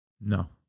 no